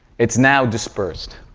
it's now dispersed,